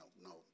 no